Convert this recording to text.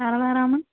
சரளாராமன்